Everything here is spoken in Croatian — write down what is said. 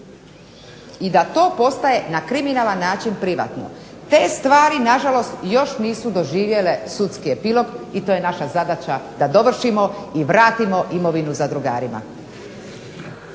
i da to postaje na kriminalan način privatno. Te stvari nažalost još nisu doživjele sudski epilog i to je naša zadaća da dovršimo i vratimo imovinu zadrugarima.